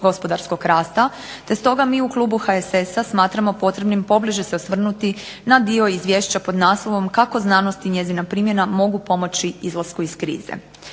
gospodarskog rasta, te stoga mi u klubu HSS-a smatramo pobliže se osvrnuti na dio izvješća sa naslovom kako znanost i njezina primjena mogu pomoći izlasku iz krize.